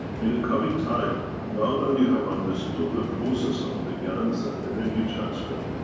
in the coming time now that you have understood the process of the gans and energy transfer,